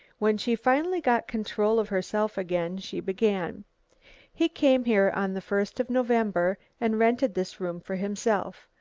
when she finally got control of herself again she began he came here on the first of november and rented this room for himself.